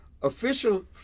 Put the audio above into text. Official